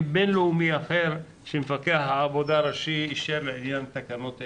בינלאומי אחר שמפקח העבודה הראשי אישר לעניין תקנות אלה.